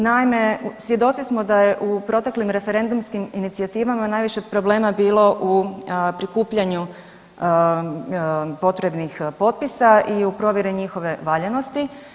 Naime, svjedoci smo da je u proteklim referendumskim inicijativama najviše problema bilo u prikupljanju potrebnih potpisa i u provjeri njihove valjanosti.